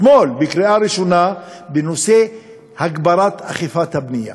אתמול, בקריאה ראשונה בנושא הגברת אכיפת הבנייה,